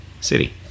city